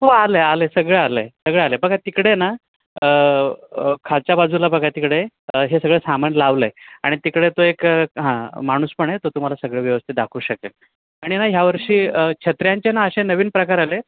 हो आलं आहे आलं आहे सगळं आलं आहे सगळं आलं आहे बघा तिकडे ना खालच्या बाजूला बघा तिकडे हे सगळं सामान लावलं आहे आणि तिकडे तो एक हां माणूस पण आहे तो तुम्हाला सगळं व्यवस्थित दाखवू शकेल आणि ना ह्यावर्षी छत्र्यांंचे ना असे नवीन प्रकार आले